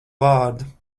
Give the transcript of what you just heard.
vārdu